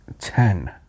ten